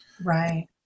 right